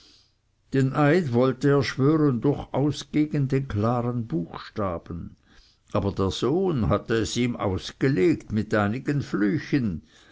den eid wollte er schwören durchaus gegen den klaren buchstaben aber der sohn hatte es ihm ausgelegt mit einigen flüchen